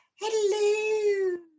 hello